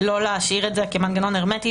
לא להשאיר את זה כמנגנון הרמטי,